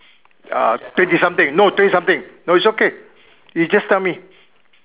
uh twenty something no twenty something no it's okay you just tell me